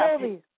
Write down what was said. movies